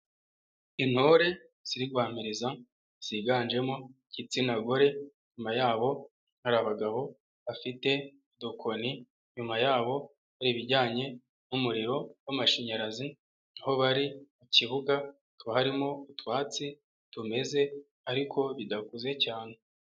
Intore ziri guhamiriza ziganjemo igitsina gore inyuma yabo hari abagabo bafite udukoni, inyuma yabo hari ibijyanye n'umuriro w'amashanyarazi, aho bari mu kibuga hakaba harimo utwatsi tumeze ariko bidakuze cyane.